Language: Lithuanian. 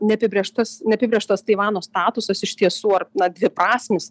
neapibrėžtas neapibrėžtas taivano statusas iš tiesų ar na dviprasmis